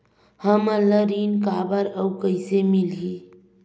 हमला ऋण काबर अउ कइसे मिलही?